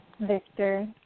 Victor